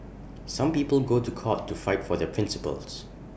some people go to court to fight for their principles